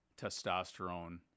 testosterone